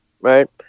Right